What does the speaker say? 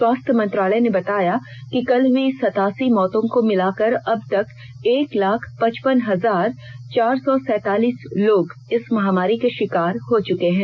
स्वास्थ्य मंत्रालय ने बताया कि कल हुई सतासी मौतों को मिलाकर अब तक एक लाख पचपन हजार चार सौ सैतालीस लोग इस महामारी का शिकार हो चुके हैं